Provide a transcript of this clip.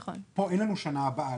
פה אין לנו שנה הבאה.